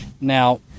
Now